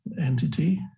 entity